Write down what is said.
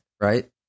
right